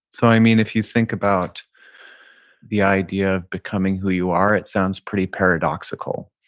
so i mean, if you think about the idea of becoming who you are, it sounds pretty paradoxical,